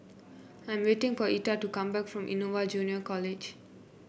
I'm waiting for Etha to come back from Innova Junior College